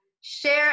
share